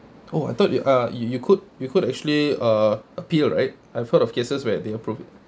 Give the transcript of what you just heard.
oh I thought you uh you you could you could actually uh appeal right I've heard of cases where they approve it